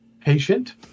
patient